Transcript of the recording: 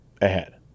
ahead